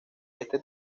este